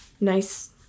nice